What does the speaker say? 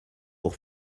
pour